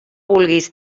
vulguis